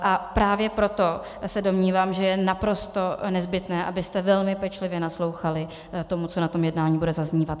A právě proto se domnívám, že je naprosto nezbytné, abyste velmi pečlivě naslouchali tomu, co na tom jednání bude zaznívat.